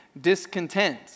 discontent